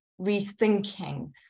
rethinking